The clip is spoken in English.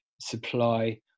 supply